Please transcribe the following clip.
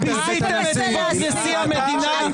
אתם ביזיתם את כבוד נשיא המדינה.